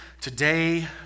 today